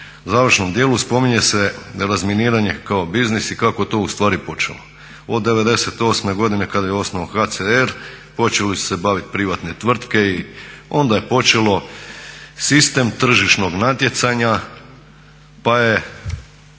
u završnom dijelu spominje se da je razminiranje kao biznis i kako je to u stvari počelo. Od '98. godine kada je osnovan HCR počeli su se baviti privatne tvrtke i onda je počelo sistem tržišnog natjecanja, pa je